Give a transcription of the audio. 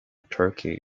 turkey